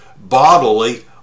bodily